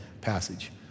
passage